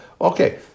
Okay